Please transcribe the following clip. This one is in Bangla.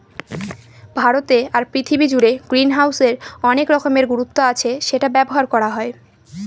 ভারতে আর পৃথিবী জুড়ে গ্রিনহাউসের অনেক রকমের গুরুত্ব আছে সেটা ব্যবহার করা হয়